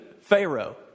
Pharaoh